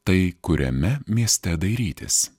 tai kuriame mieste dairytis